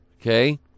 okay